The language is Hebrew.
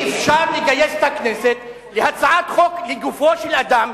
הצעת חוק פרסונלית.